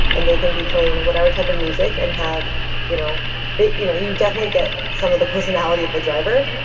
and they can be playing whatever type of music and have you know you know you definitely get some of the personality of the driver.